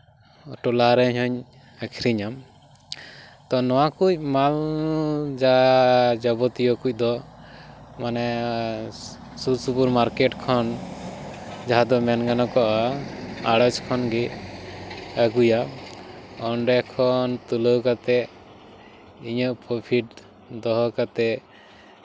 ᱴᱚᱞᱟ ᱨᱮᱦᱩᱸᱧ ᱟᱹᱠᱷᱨᱤᱧᱟ ᱛᱚ ᱱᱚᱣᱟ ᱠᱚ ᱢᱟᱞ ᱡᱟ ᱡᱟᱵᱚᱛᱤᱭᱚ ᱠᱚᱫᱚ ᱢᱟᱱᱮ ᱥᱩᱨᱼᱥᱩᱯᱩᱨ ᱢᱟᱨᱠᱮᱴ ᱠᱷᱚᱱ ᱡᱟᱦᱟᱸ ᱫᱚ ᱢᱮᱱ ᱜᱟᱱᱚᱠᱚᱜᱼᱟ ᱟᱲᱚᱛ ᱠᱷᱚᱱ ᱜᱮ ᱟᱹᱜᱩᱭᱟ ᱚᱸᱰᱮ ᱠᱷᱚᱱ ᱛᱩᱞᱟᱹᱣ ᱠᱟᱛᱮ ᱤᱧᱟᱹᱜ ᱯᱨᱚᱯᱷᱤᱴ ᱫᱚᱦᱚ ᱠᱟᱛᱮ